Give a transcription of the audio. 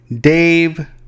Dave